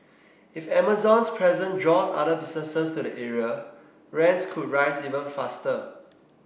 if Amazon's presence draws other businesses to the area rents could rise even faster